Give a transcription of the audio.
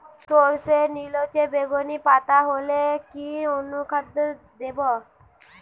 সরর্ষের নিলচে বেগুনি পাতা হলে কি অনুখাদ্য দেবো?